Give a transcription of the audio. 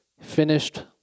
finished